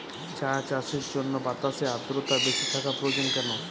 চা চাষের জন্য বাতাসে আর্দ্রতা বেশি থাকা প্রয়োজন কেন?